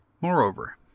Moreover